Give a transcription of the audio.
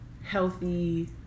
healthy